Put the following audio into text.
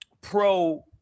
pro